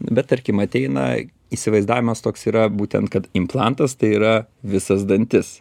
bet tarkim ateina įsivaizdavimas toks yra būtent kad implantas tai yra visas dantis